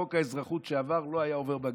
חוק האזרחות שעבר לא היה עובר בג"ץ.